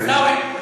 עיסאווי,